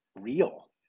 real